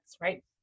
right